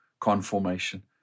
conformation